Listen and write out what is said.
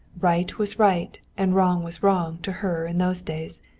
right was right and wrong was wrong to her in those days.